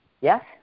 Yes